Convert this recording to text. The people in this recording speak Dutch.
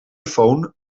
iphone